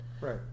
Right